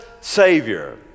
savior